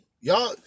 Y'all